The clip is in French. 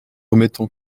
remettent